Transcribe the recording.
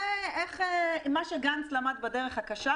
מה שגנץ למד בדרך הקשה,